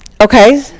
Okay